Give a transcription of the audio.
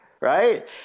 right